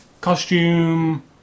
costume